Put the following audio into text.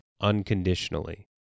unconditionally